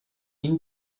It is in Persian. این